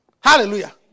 Hallelujah